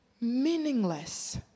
meaningless